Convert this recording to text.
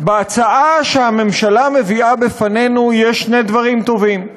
בהצעה שהממשלה מביאה בפנינו יש שני דברים טובים.